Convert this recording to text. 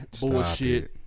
bullshit